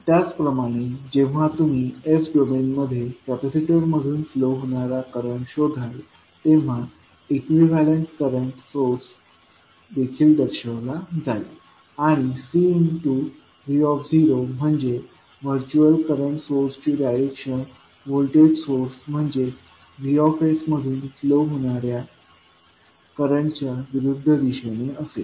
त्याचप्रमाणे जेव्हा तुम्ही s डोमेनमध्ये कॅपॅसिटर मधून फ्लो होणारा करंट शोधाल तेव्हा इक्विव्हेलन्ट करंट सोर्स देखील दर्शविला जाईल आणि Cv0 म्हणजे व्हर्च्युअल करंट सोर्सची डायरेक्शन व्होल्टेज सोर्स म्हणजेच V मधून फ्लो होणाऱ्या करंटच्या विरुद्ध दिशेने असेल